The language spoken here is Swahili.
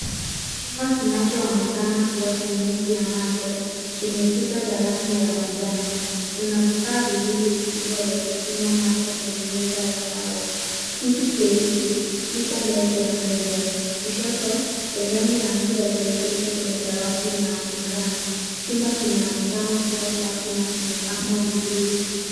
Chumba kinachoonekana kuwa kiliniki ya macho, chenye kuta za rangi ya manjano. Kuna vifaa viwili vikubwa vya kupima macho kwenye meza ya mbao. Kiti cheusi, kipo mbele ya meza. Kushoto, sehemu ya mtu aliyeketi kwenye dawati inaonekana. Chumba kinaonekana kuwa safi na kimepangwa vizuri.